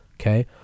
okay